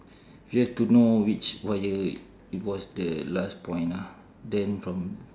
you have to know which wire was the last point ah then from